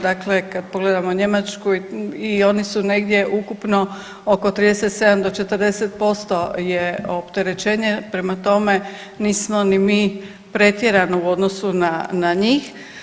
Dakle, kad pogledamo Njemačku i oni su negdje ukupno 37 do 40% je opterećenje, prema tome nismo ni mi pretjerano u odnosu na, na njih.